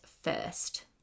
first